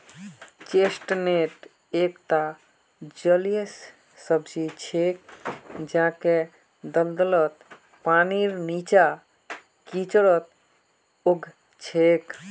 chestnut एकता जलीय सब्जी छिके जेको दलदलत, पानीर नीचा, कीचड़त उग छेक